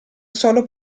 solo